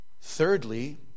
Thirdly